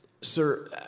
Sir